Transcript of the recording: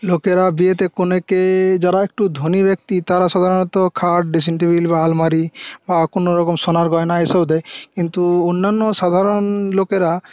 লোকেরা বিয়েতে কনেকে যারা একটু ধনী ব্যক্তি তারা সাধারণত খাট ড্রেসিং টেবিল বা আলমারি বা কোনোরকম সোনার গয়না এসব দেয় কিন্তু অন্যান্য সাধারণ লোকেরা